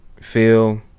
feel